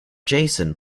jason